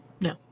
No